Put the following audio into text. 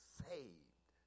saved